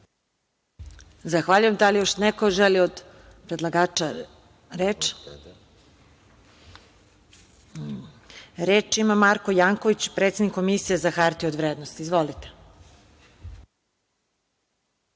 Zahvaljujem. Da li još neko od predlagača želi reč? Reč ima Marko Janković, predsednik Komisije za hartije od vrednosti. Izvolite.